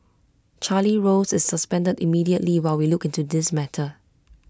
Charlie rose is suspended immediately while we look into this matter